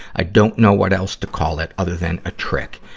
i don't know what else to call it other than a trick.